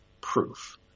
proof